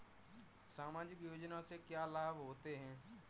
सामाजिक योजना से क्या क्या लाभ होते हैं?